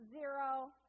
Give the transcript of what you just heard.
Zero